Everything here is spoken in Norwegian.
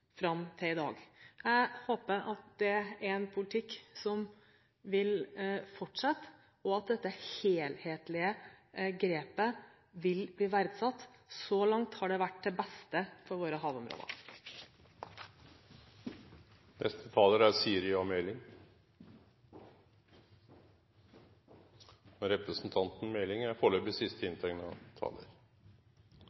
fram til i dag. Jeg håper det er en politikk som vil fortsette, og at dette helhetlige grepet vil bli verdsatt. Så langt har det vært til beste for våre havområder. Representanten Holmelid og representanten Egeland har poengtert at Høyre ikke står sammen med flertallet i en merknad hvor regjeringspartiene og Kristelig Folkeparti er